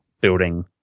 building